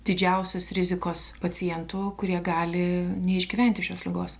didžiausios rizikos pacientų kurie gali neišgyventi šios ligos